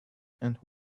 and